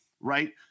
right